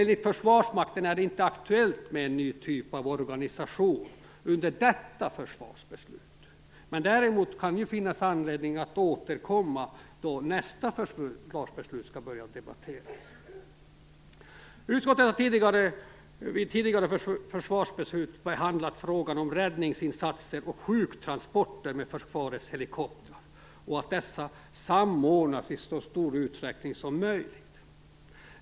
Enligt Försvarsmakten är det inte aktuellt med en ny typ av organisation i samband med detta försvarsbeslut. Däremot kan det finnas anledning att återkomma då nästa försvarsbeslut skall debatteras. Utskottet har vid tidigare försvarsbeslut behandlat frågan om räddningsinsatser och sjuktransporter med försvarets helikoptrar. Dessa bör samordnas i så stor utsträckning som möjligt.